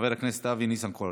חבר הכנסת אבי ניסנקורן.